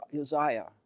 Uzziah